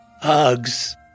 Hugs